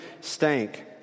stank